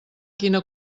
quina